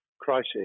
crisis